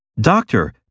Doctor